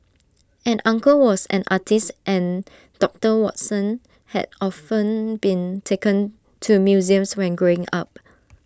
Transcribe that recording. an uncle was an artist and doctor Watson had often been taken to museums when growing up